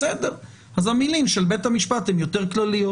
אז המילים של בית המשפט הן יותר כלליות.